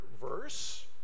verse